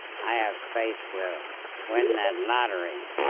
i have faith we'll win that lottery.